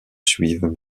suivent